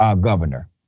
governor